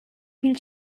pil